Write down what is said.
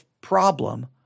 problem